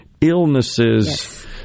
illnesses